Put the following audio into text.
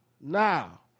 Now